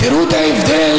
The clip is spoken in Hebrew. תראו את ההבדל: